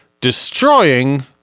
destroying